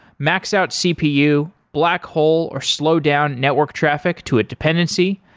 max out cpu, black hole or slow down network traffic to a dependency,